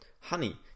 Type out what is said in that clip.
Honey